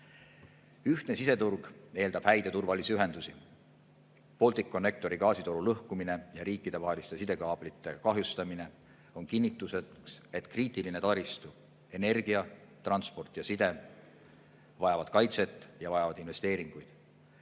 Ühtne siseturg eeldab häid ja turvalisi ühendusi. Balticconnectori gaasitoru lõhkumine ja riikidevaheliste sidekaablite kahjustamine on kinnituseks, et kriitiline taristu, energia, transport ja side vajavad kaitset ja investeeringuid.